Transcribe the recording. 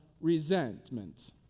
resentment